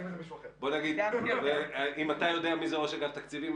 אם אתה יודע מי זה ראש אגף תקציבים,